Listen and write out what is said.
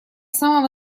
самого